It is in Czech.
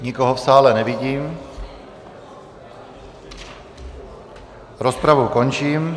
Nikoho v sále nevidím, rozpravu končím.